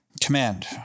command